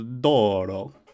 Doro